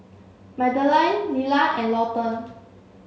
Madeleine Lilla and Lawton